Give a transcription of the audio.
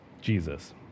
Jesus